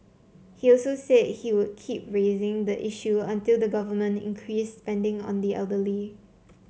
he also said he would keep raising the issue until the government increased spending on the elderly